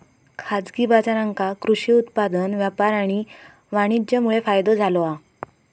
खाजगी बाजारांका कृषि उत्पादन व्यापार आणि वाणीज्यमुळे फायदो झालो हा